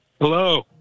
Hello